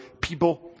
people